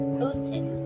ocean